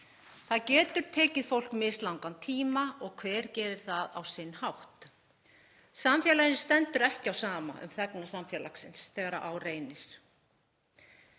Það getur tekið fólk mislangan tíma og hver gerir það á sinn hátt. Samfélaginu stendur ekki á sama um þegna samfélagsins þegar á reynir.